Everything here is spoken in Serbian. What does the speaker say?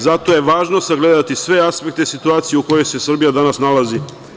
Zato je važno sagledati sve aspekte situacije u kojoj se Srbija danas nalazi.